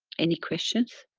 any questions?